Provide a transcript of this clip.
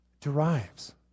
derives